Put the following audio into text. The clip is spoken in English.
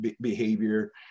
behavior